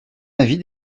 avis